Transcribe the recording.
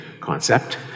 concept